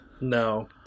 No